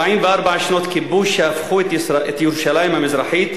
44 שנות כיבוש שהפכו את ירושלים המזרחית,